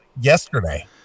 yesterday